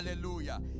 Hallelujah